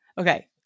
Okay